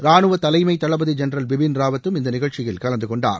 ராணுவ தலைமை தளபதி ஜெனரல் பிபின் ராவத்தும் இந்த நிகழ்ச்சியில் கலந்து கொண்டார்